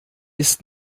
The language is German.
ist